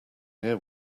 near